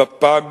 בפג